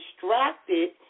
distracted